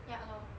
ya lor